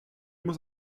muss